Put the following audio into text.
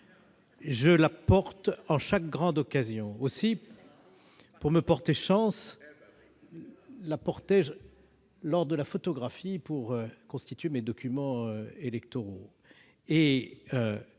Je la porte en chaque grande occasion. Aussi, pour me porter chance, la portais-je lors de la photographie qui allait servir à constituer mes documents électoraux.